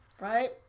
Right